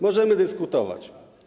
Możemy dyskutować.